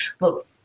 look